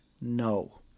no